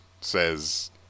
says